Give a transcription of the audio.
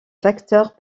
facteurs